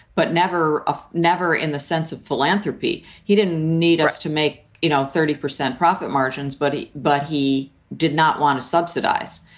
but never, never in the sense of philanthropy. he didn't need us to make, you know, thirty percent profit margins, buddy. but he did not want to subsidize.